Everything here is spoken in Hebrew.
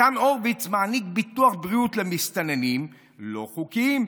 ניצן הורוביץ מעניק ביטוח בריאות למסתננים לא חוקיים,